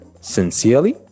sincerely